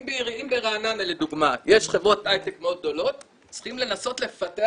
אם ברעננה לדוגמה יש חברות הייטק מאוד גדולות צריכים לנסות לפתח